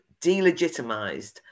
delegitimized